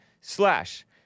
Slash